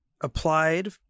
applied